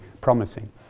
promising